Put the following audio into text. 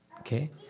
Okay